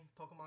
Pokemon